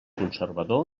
conservador